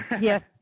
Yes